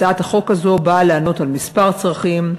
הצעת החוק הזאת באה לענות על כמה צרכים,